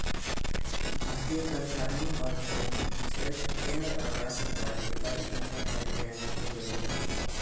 भारतीय कर कानून और नियम सिर्फ केंद्र और राज्य सरकार के कर इक्कठा करे के अनुमति देवो हय